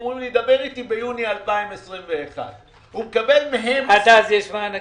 הם אומרים לי: דבר איתי ביוני 2021. עד אז יש מענקים.